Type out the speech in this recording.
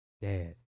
Dad